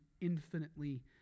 infinitely